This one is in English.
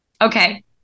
Okay